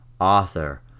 author